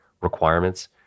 requirements